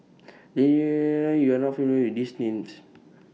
YOU Are not familiar with These Names